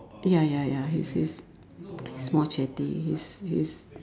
ya ya ya he's he's he's more chatty he's he's